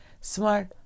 smart